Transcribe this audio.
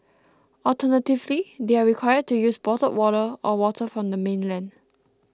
alternatively they are required to use bottled water or water from the mainland